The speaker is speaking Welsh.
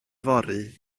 fory